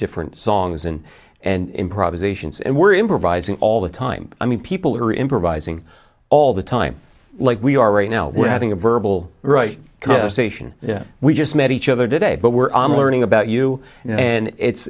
different songs in and improvisations and we're improvising all the time i mean people are improvising all the time like we are right now we're having a verbal right station we just met each other today but we're i'm learning about you and